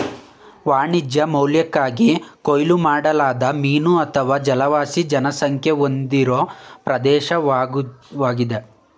ವಾಣಿಜ್ಯ ಮೌಲ್ಯಕ್ಕಾಗಿ ಕೊಯ್ಲು ಮಾಡಲಾದ ಮೀನು ಅಥವಾ ಜಲವಾಸಿ ಜನಸಂಖ್ಯೆ ಹೊಂದಿರೋ ಪ್ರದೇಶ್ವಾಗಿದೆ